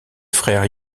frères